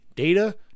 Data